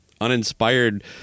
uninspired